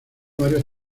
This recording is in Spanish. varios